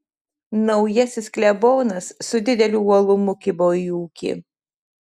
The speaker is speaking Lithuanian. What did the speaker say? naujasis klebonas su dideliu uolumu kibo į ūkį